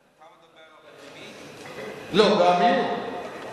אתה מדבר, לא, המיון.